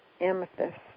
amethyst